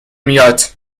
میاد